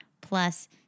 plus